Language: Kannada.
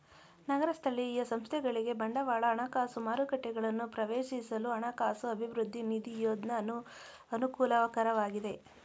ನಗರ ಸ್ಥಳೀಯ ಸಂಸ್ಥೆಗಳಿಗೆ ಬಂಡವಾಳ ಹಣಕಾಸು ಮಾರುಕಟ್ಟೆಗಳನ್ನು ಪ್ರವೇಶಿಸಲು ಹಣಕಾಸು ಅಭಿವೃದ್ಧಿ ನಿಧಿ ಯೋಜ್ನ ಅನುಕೂಲಕರವಾಗಿದೆ